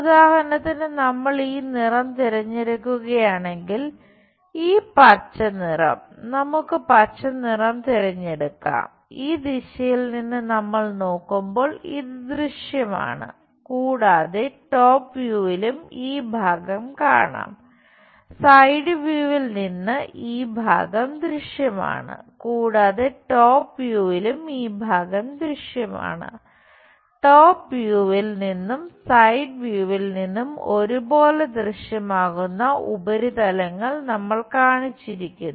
ഉദാഹരണത്തിന് നമ്മൾ ഈ നിറം തിരഞ്ഞെടുക്കുകയാണെങ്കിൽ ഈ പച്ചനിറം നമുക്ക് പച്ച നിറം തിരഞ്ഞെടുക്കാം ഈ ദിശയിൽ നിന്ന് നമ്മൾ നോക്കുമ്പോൾ ഇത് ദൃശ്യമാണ് കൂടാതെ ടോപ് വ്യൂവിലും നിന്നും ഒരുപോലെ ദൃശ്യമാകുന്ന ഉപരിതലങ്ങൾ നമ്മൾ കാണിച്ചിരിക്കുന്നു